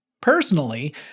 Personally